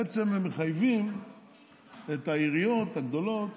בעצם הם מחייבים את העיריות הגדולות,